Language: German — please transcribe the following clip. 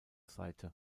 seite